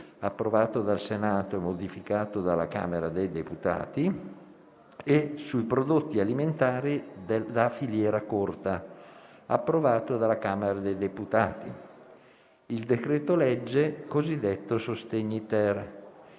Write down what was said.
(approvato dal Senato e modificato dalla Camera dei deputati) e sui prodotti alimentari della filiera corta (approvato dalla Camera dei deputati); il decreto-legge cosiddetto sostegni-*ter.*